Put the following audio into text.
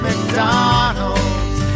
McDonald's